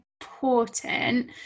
important